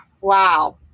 Wow